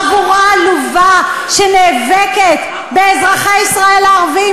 חבורה עלובה שנאבקת באזרחי ישראל הערבים